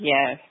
Yes